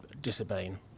disobeying